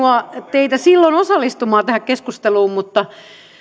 teitä silloin osallistumaan tähän keskusteluun mutta